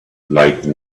like